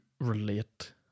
relate